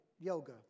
yoga